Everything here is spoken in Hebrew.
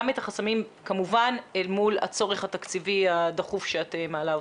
את החסמים כמובן אל מול הצורך התקציבי הדחוף שאת מעלה אותו.